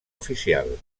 oficial